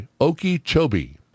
Okeechobee